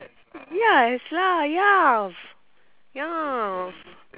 yes lah yas yas